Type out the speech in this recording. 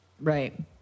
Right